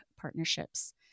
partnerships